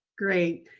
great.